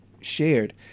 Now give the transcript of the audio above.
shared